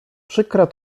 przykra